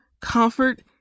comfort